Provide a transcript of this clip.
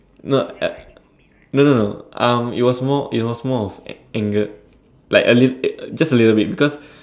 no no no no um it was more it was more of angered like a little just a little bit because